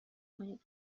کنید